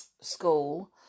school